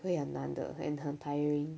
会很难的 and 很 tiring